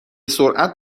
سرعت